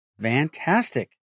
Fantastic